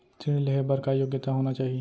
ऋण लेहे बर का योग्यता होना चाही?